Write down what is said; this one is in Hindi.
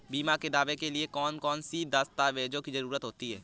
बीमा के दावे के लिए कौन कौन सी दस्तावेजों की जरूरत होती है?